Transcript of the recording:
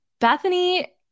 Bethany